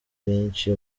benshi